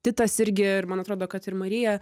titas irgi ir man atrodo kad ir marija